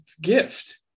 gift